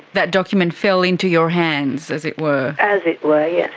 that document fell into your hands, as it were. as it were, yes.